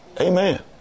Amen